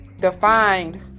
defined